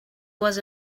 was